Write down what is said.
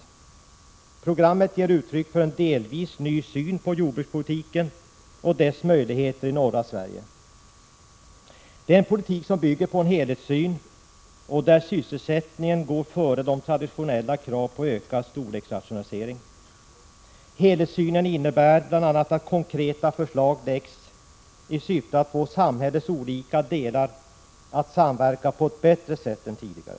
21 maj 1987 I programmet ges uttryck för en delvis ny syn på jordbrukspolitiken och dess möjligheter i norra Sverige. Det är en politik som bygger på en helhetssyn och där sysselsättningen går före traditionella krav på ökad storleksrationalisering. Helhetssynen innebär bl.a. att konkreta förslag läggs fram i syfte att samhällets olika delar skall kunna samverka på ett bättre sätt än tidigare.